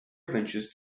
adventures